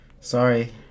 sorry